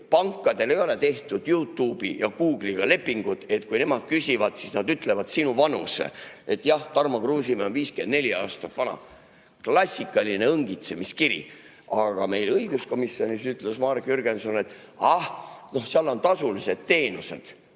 pankadel ei ole tehtud Youtube'i ja Google'iga lepingut, et kui nemad küsivad, siis nad ütlevad sinu vanuse: jah, Tarmo Kruusimäe on 54 aastat vana. Klassikaline õngitsemiskiri. Aga meil õiguskomisjonis ütles Marek Jürgenson, et ah, seal on tasulised teenused,